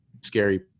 Scary